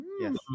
Yes